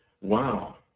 wow